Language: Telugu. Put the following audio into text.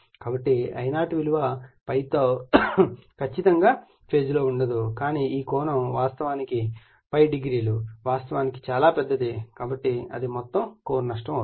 కాబట్టి I0 విలువ ∅ తో ఖచ్చితమైన ఫేజ్ లో లేదు కానీ ఈ కోణం వాస్తవానికి ఈ కోణం ∅0 వాస్తవానికి చాలా పెద్దది కాబట్టి అది మొత్తం కోర్ నష్టం అవుతుంది